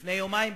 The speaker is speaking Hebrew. לפני יומיים,